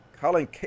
Colin